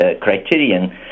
criterion